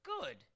Good